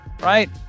right